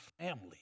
family